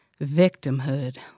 victimhood